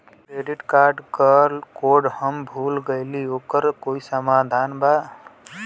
Credit card क code हम भूल गइली ओकर कोई समाधान बा?